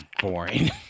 boring